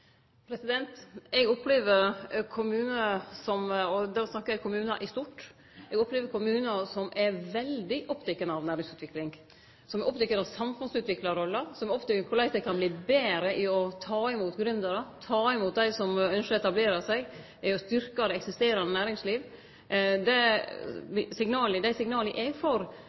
snakkar eg om kommunar i stort – som er veldig opptekne av næringsutvikling, som er opptekne av samfunnsutviklarrolla, som er opptekne av korleis dei kan verte betre til å ta imot gründarar, ta imot dei som ynskjer å etablere seg, og styrkje det eksisterande næringslivet. Dei signala eg får, er at dei ynskjer seg såpass romslegheit i økonomien at det er rom for